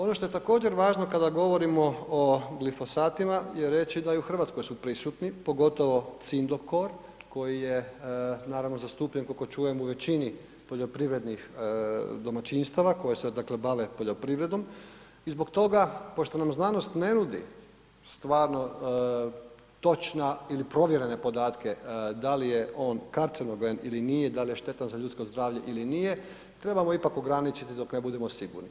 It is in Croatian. Ono što je također važno kada govorimo o glifosatima je reći da i u Hrvatskoj su prisutni, pogotovo cidokor koji je naravno zastupljen koliko čujem u većini poljoprivrednih domaćinstava koje se dakle bave poljoprivredom i zbog toga, pošto nam znanost ne nudi stvarno točna ili provjerene podatke da li je on kancerogen ili nije, da li je štetan za ljudsko zdravlje ili nije trebamo ipak ograničiti dok ne budemo sigurni.